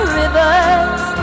rivers